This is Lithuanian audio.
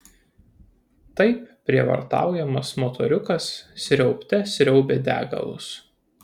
taip prievartaujamas motoriukas sriaubte sriaubė degalus